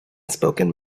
spoken